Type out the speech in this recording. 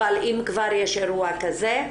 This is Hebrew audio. אבל אם כבר יש אירוע כזה,